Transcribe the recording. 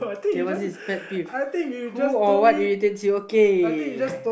okay what's this pet peeve who or what irritates you okay